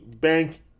Bank